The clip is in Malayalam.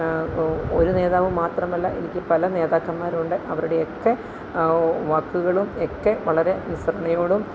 ഒരു നേതാവ് മാത്രമല്ല എനിക്ക് പല നേതാക്കന്മാരുണ്ട് അവരുടെയൊക്കെ വാക്കുകളുമൊക്കെ വളരെ അനുസരണയോടും